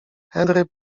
henry